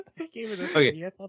Okay